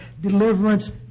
deliverance